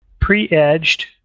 pre-edged